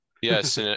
Yes